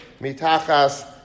Mitachas